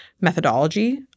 methodology